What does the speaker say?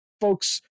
folks